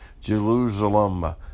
Jerusalem